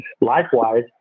Likewise